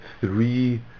three